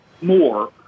more